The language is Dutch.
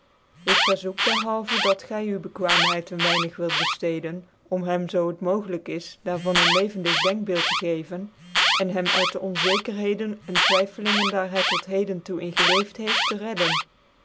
ik verzoek dcrhalven dat gy uw bekwaamheid een weinig wilt beftccden om hem zoo het mogclyk is daar van een levendig denkbeeld te geven en hem uit de onzekerheden en twyffelingcn daar hy tot heden toe in geleefd heeft te redden